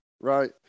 Right